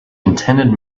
contented